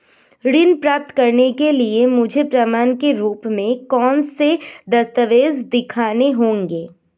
ऋण प्राप्त करने के लिए मुझे प्रमाण के रूप में कौन से दस्तावेज़ दिखाने होंगे?